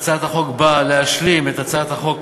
הצעת החוק באה להשלים את הצעת חוק